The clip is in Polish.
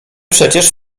przecież